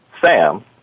Sam